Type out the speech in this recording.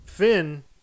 Finn